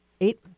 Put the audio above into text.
Eight